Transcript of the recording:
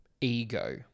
ego